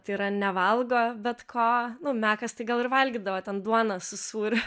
tai yra nevalgo bet ko mekas tai gal ir valgydavo ten duoną su sūriu